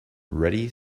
ready